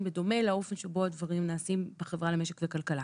בדומה לאופן שבו הדברים נעשים בחברה למשק וכלכלה.